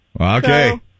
Okay